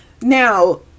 Now